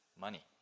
money